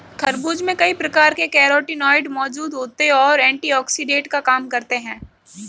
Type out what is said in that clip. खरबूज में कई प्रकार के कैरोटीनॉयड मौजूद होते और एंटीऑक्सिडेंट का काम करते हैं